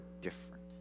different